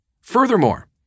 Furthermore